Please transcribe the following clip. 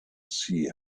see